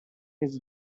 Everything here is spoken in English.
his